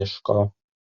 miško